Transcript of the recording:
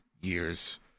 years